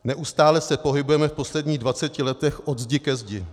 Neustále se pohybujeme v posledních dvaceti letech ode zdi ke zdi.